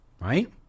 right